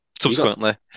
Subsequently